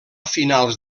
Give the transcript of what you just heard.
finals